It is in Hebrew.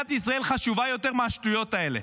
מדינת ישראל חשובה יותר מהשטויות האלה?